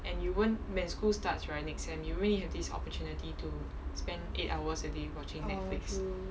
and you won't when school starts right next sem you really have this opportunity to spend eight hours a day watching netflix